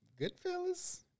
Goodfellas